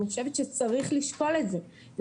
אני חושבת שצריך לשקול את זה,